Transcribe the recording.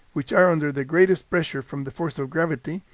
which are under the greatest pressure from the force of gravity,